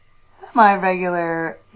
semi-regular